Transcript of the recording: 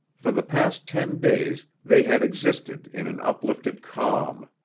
for the past ten days they had existed in an uplifted calm.